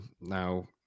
Now